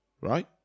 Right